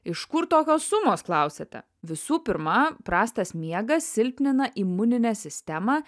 iš kur tokios sumos klausiate visų pirma prastas miegas silpnina imuninę sistemą